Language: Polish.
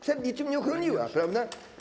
Przed niczym nie uchroniła, prawda?